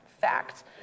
Fact